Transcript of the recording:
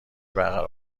برقرار